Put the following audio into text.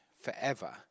forever